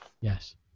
Yes